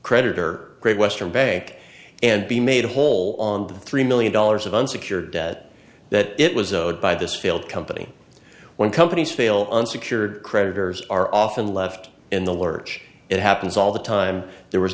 creditor great western bank and be made whole on three million dollars of unsecured debt that it was owed by this failed company when companies fail unsecured creditors are often left in the lurch it happens all the time there was